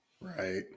Right